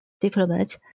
diplomat